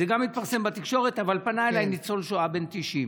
זה גם התפרסם בתקשורת, פנה אליי ניצול שואה בן 90,